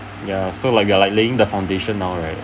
ya so like they're like laying the foundation now right